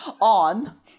on